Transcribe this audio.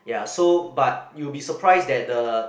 ya so but you'll be surprise that the